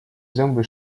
zęby